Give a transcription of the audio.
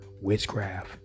witchcraft